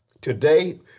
today